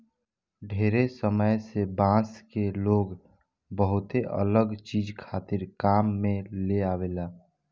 ढेरे समय से बांस के लोग बहुते अलग चीज खातिर काम में लेआवेला